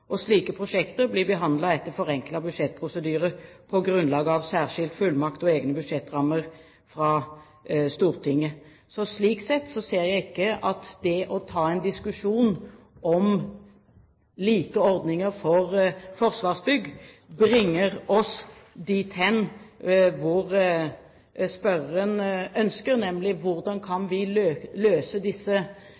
Slike prosjekter blir behandlet etter forenklede budsjettprosedyrer på grunnlag av særskilt fullmakt og egne budsjettrammer fra Stortinget. Så slik sett ser jeg ikke at det å ta en diskusjon om lik ordning for Forsvarsbygg bringer oss dit hen spørreren ønsker, nemlig hvordan vi kan